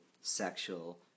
sexual